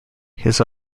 his